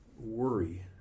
worry